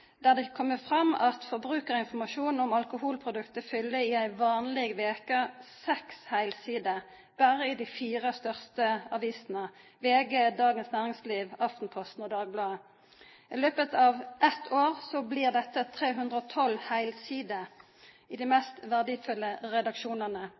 der det kjem fram at forbrukarinformasjon om alkoholprodukt fyller i ei vanleg veke seks heilsider berre i dei fire største avisene; VG, Dagens Næringsliv, Aftenposten og Dagbladet. I løpet av eitt år blir dette 312 heilsider i dei